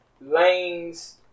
lanes